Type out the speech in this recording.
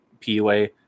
PUA